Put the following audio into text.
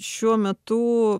šiuo metu